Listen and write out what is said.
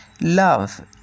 love